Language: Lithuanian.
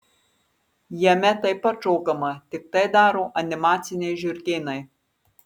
jame taip pat šokama tik tai daro animaciniai žiurkėnai